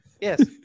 Yes